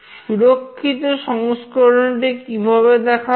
সুরক্ষিত সংস্করণটি কিভাবে দেখাবো